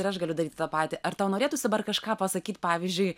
ir aš galiu daryti tą patį ar tau norėtųsi dabar kažką pasakyt pavyzdžiui